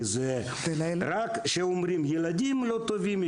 כי רק אומרים שילדים לא טובים,